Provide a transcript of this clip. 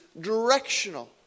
directional